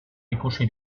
ikusi